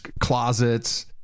closets